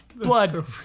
Blood